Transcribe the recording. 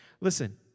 Listen